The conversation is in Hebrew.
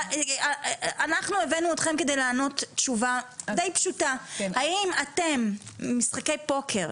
אנחנו הבאנו אתכם כדי לענות תשובה די פשוטה: משחקי פוקר,